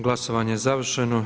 Glasovanje je završeno.